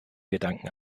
gedanken